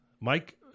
Mike